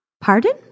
Pardon